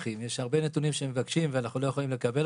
יש הרבה נתונים שמבקשים, ואנחנו לא יכולים לקבל.